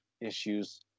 issues